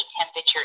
temperature